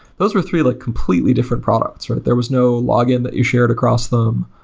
those were three like completely different products. there was no log-in that you shared across them.